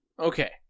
Okay